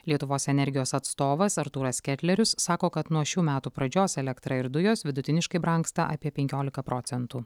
lietuvos energijos atstovas artūras ketlerius sako kad nuo šių metų pradžios elektra ir dujos vidutiniškai brangsta apie penkiolika procentų